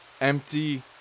Empty